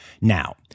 Now